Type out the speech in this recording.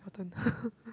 your turn